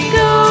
go